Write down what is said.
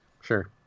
sure